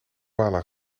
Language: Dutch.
koala